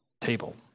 table